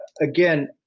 Again